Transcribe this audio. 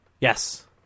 Yes